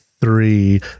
three